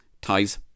ties